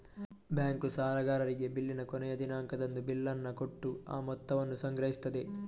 bank ಸಾಲಗಾರರಿಗೆ ಬಿಲ್ಲಿನ ಕೊನೆಯ ದಿನಾಂಕದಂದು ಬಿಲ್ಲನ್ನ ಕೊಟ್ಟು ಆ ಮೊತ್ತವನ್ನ ಸಂಗ್ರಹಿಸ್ತದೆ